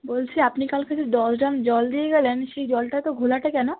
বলছি আপনি কালকে যে দশ ড্রাম জল দিয়ে গেলেন সেই জলটা এত ঘোলাটে কেন